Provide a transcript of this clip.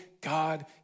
God